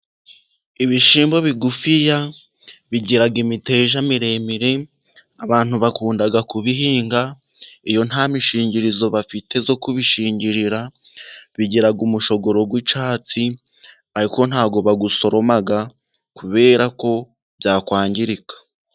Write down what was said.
Ibishimbo bigufi bigira imiteja miremire, abantu bakunda kubihinga iyo nta mishingirizo bafite zo kubishingirira. Bigira umushogoro w'icyatsi ariko ntabwo bawusoroma kubera ko byakwangirika.